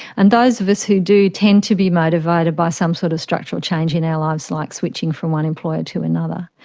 and those of us who do tend to be motivated by some sort of structural change in our lives like switching from one employer to another.